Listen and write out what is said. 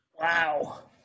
Wow